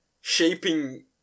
shaping